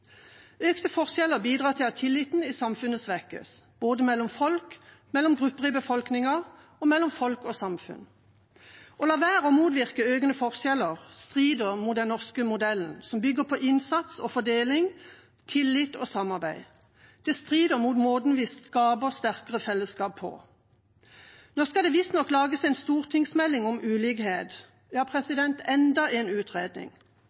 Økte forskjeller bidrar til at tilliten i samfunnet svekkes, både mellom folk, mellom grupper i befolkningen og mellom folk og samfunn. Å la være å motvirke økende forskjeller strider mot den norske modellen, som bygger på innsats og fordeling, tillit og samarbeid. Det strider mot måten vi skaper sterkere fellesskap på. Nå skal det visstnok lages en stortingsmelding om ulikhet – enda en utredning,